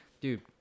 dude